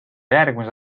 järgmise